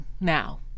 now